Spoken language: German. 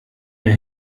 der